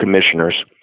Commissioners